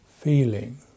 feeling